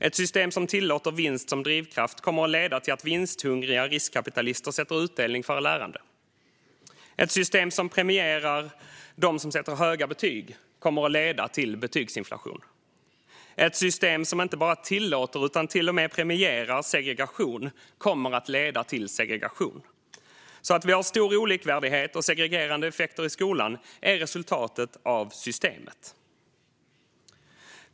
Ett system som tillåter vinst som drivkraft kommer att leda till att vinsthungriga riskkapitalister sätter utdelning före lärande. Ett system som premierar dem som sätter höga betyg kommer att leda till betygsinflation. Ett system som inte bara tillåter utan till och med premierar segregation kommer att leda till segregation. Att vi har stor olikvärdighet och segregerande effekter i skolan är alltså resultatet av systemet.